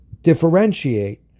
differentiate